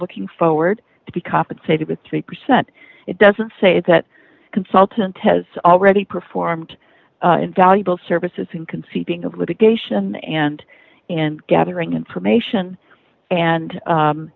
looking forward to be compensated with three percent it doesn't say that consultant has already performed valuable services in conceiving of litigation and and gathering information and